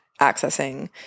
accessing